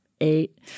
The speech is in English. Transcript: eight